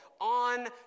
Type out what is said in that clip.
on